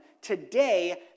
today